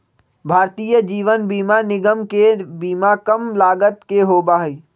भारतीय जीवन बीमा निगम के बीमा कम लागत के होबा हई